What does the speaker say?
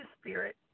Spirit